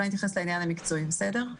ואני אתייחס לעניין המקצועי בסדר?